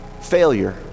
Failure